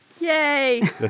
Yay